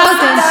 יש זמן.